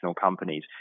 companies